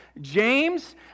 James